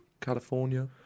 California